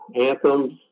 anthems